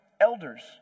elders